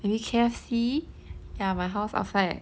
maybe K_F_C ya my house outside